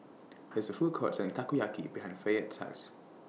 There IS A Food Court Selling Takoyaki behind Fayette's House